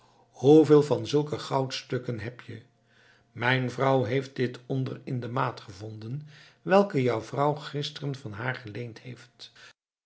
hoeveel van zulke goudstukken heb je mijn vrouw heeft dit onder in de maat gevonden welke jouw vrouw gisteren van haar geleend heeft